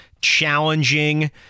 challenging